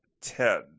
TED